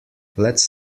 lets